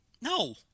No